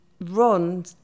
Ron